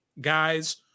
guys